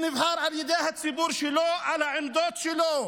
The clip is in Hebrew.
שנבחר על ידי הציבור שלו, על העמדות שלו.